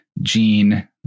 Gene